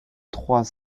trois